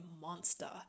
monster